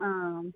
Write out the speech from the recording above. ಹಾಂ